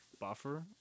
buffer